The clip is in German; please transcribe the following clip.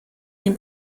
den